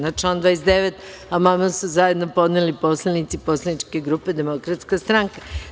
Na član 29. amandman su zajedno podneli poslanici Poslaničke grupe Demokratska stranka.